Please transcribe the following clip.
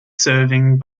serving